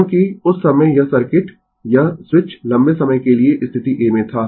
क्योंकि उस समय यह सर्किट यह स्विच लंबे समय के लिए स्थिति a में था